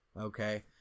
Okay